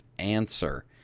answer